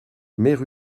mère